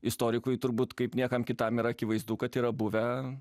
istorikui turbūt kaip niekam kitam yra akivaizdu kad yra buvę